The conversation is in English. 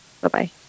Bye-bye